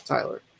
Tyler